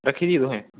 रक्खी दी तुसें